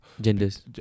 genders